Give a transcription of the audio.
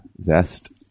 zest